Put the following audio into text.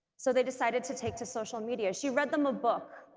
so they decided to take to social media. she read them a book,